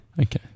Okay